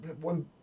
one